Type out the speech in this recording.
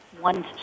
one